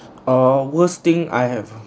err worst thing I have